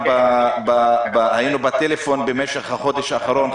אנחנו שוחחנו בטלפון בחודש האחרון.